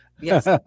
Yes